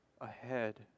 ahead